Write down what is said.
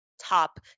top